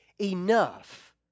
enough